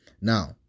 Now